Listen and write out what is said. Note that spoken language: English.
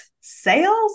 sales